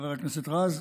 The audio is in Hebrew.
חבר הכנסת רז,